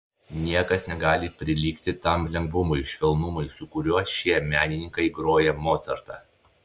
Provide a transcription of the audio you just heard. niekas negali prilygti tam lengvumui švelnumui su kuriuo šie menininkai groja mocartą